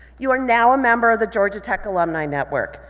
you are now a member of the georgia tech alumni network.